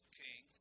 king